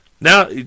Now